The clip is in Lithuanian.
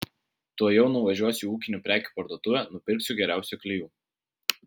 tuojau nuvažiuosiu į ūkinių prekių parduotuvę nupirksiu geriausių klijų